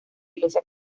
iglesia